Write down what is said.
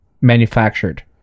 manufactured